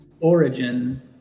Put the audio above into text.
origin